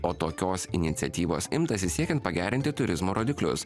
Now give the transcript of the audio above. o tokios iniciatyvos imtasi siekiant pagerinti turizmo rodiklius